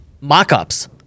mock-ups